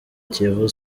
kiyovu